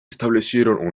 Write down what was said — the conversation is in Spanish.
establecieron